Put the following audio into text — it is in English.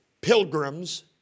pilgrims